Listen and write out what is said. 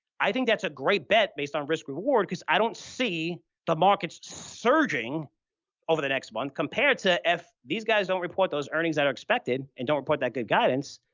i think that's a great bet based on risk reward because i don't see the markets surging over the next month compared to if these guys don't report those earnings that are expected and don't report that good guidance,